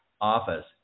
office